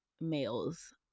males